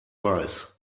weiß